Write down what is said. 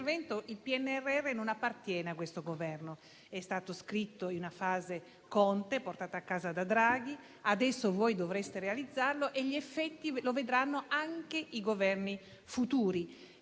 il PNRR non appartiene a questo Governo, è stato scritto in una fase Conte, portato a casa da Draghi, adesso voi dovreste realizzarlo e gli effetti li vedranno anche i Governi futuri.